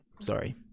sorry